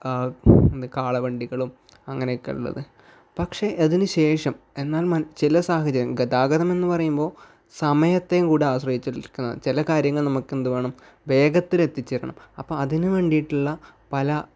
എന്ത് കാളവണ്ടികളും അങ്ങനെയൊക്കെ ഉള്ളത് പക്ഷേ അതിന് ശേഷം എന്നാൽ മനു ചില സാഹചര്യം ഗതാഗതമെന്ന് പറയുമ്പോൾ സമയത്തെയും കൂടെ ആശ്രയിച്ചിരിക്കുന്നതാണ് ചില കാര്യങ്ങൾ നമുക്കെന്ത് വേണം വേഗത്തിലെത്തിച്ചേക്കണം അപ്പം അതിന് വേണ്ടിയിട്ടുള്ള പല